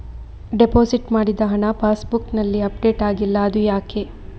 Deposit ಮಾಡಿದ ಹಣ pass ಬುಕ್ನಲ್ಲಿ ಅಪ್ಡೇಟ್ ಆಗಿಲ್ಲ ಅದು ಯಾಕೆ?